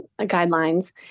guidelines